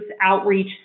outreach